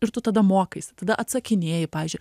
ir tu tada mokaisi tada atsakinėji pavyzdžiui